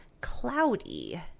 cloudy